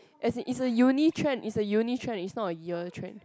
as in it's a uni trend it's a uni trend it's not a year trend